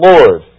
Lord